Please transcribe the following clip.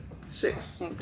six